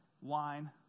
wine